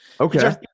Okay